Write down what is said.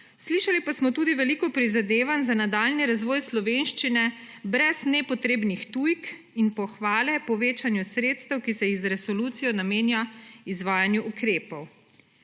Slišali pa smo tudi veliko prizadevanj za nadaljnji razvoj slovenščine brez nepotrebnih tujk in pohvale po večanju sredstev, ki se z resolucijo namenja izvajanju ukrepov.